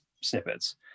snippets